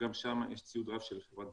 גם שם יש ציוד רב של החברה.